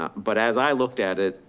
but as i looked at it,